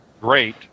great